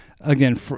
Again